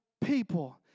people